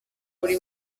buri